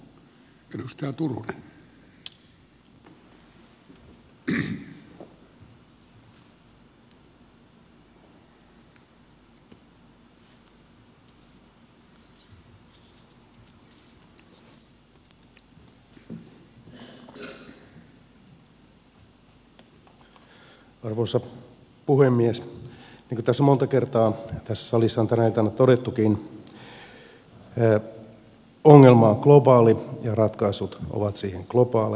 niin kuin monta kertaa tässä salissa on tänä iltana todettukin ongelma on globaali ja ratkaisut siihen ovat globaaleja